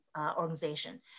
organization